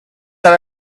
that